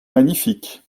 magnifique